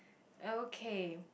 okay